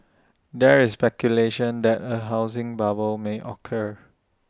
there is speculation that A housing bubble may occur